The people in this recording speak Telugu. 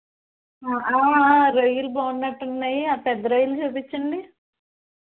రొయ్యలు బాగున్నట్టున్నాయి ఆ పెద్ద రొయ్యలు చూపించండి